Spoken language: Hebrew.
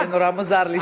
היה לי נורא מוזר לשמוע.